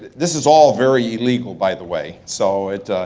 this is all very illegal by the way. so